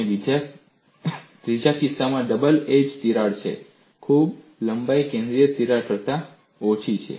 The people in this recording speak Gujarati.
અને ત્રીજો કિસ્સો ડબલ એજ તિરાડ છે કુલ લંબાઈ કેન્દ્રીય તિરાડ કરતાં ઓછી છે